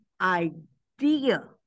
idea